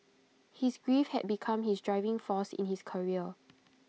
his grief had become his driving force in his career